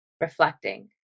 reflecting